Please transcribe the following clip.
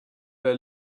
they